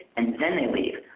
and then they leave.